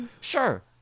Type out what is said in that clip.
sure